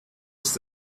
ist